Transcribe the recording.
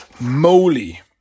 moly